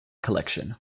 collection